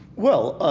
well,